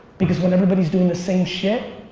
because when everybody's doing the same shit,